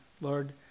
Lord